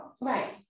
right